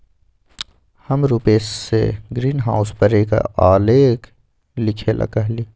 हम रूपेश से ग्रीनहाउस पर एक आलेख लिखेला कहली